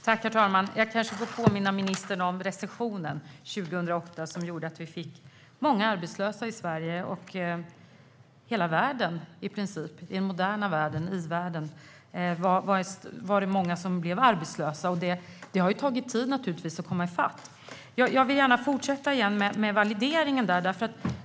Herr talman! Jag kanske får påminna ministern om recessionen 2008 som gjorde att vi fick många arbetslösa i Sverige. I hela i-världen var det många som blev arbetslösa, och det har tagit tid att komma i fatt. Jag vill gärna fortsätta prata om valideringen.